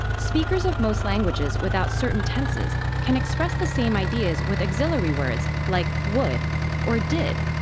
speakers of most languages without certain tenses can express the same ideas with auxiliary words, like would or did,